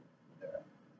yeah